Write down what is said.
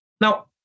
Now